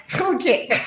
Okay